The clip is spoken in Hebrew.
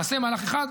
נעשה מהלך אחד,